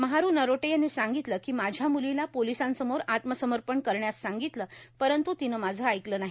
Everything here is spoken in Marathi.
महारू नरोटे यांनी सांगितलं की माझ्या म्रलीला पोलिसांसमोर आत्मसमर्पण करण्यास सांगितलं परंतु तिनं माझं ऐकलं नाही